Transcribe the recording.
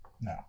No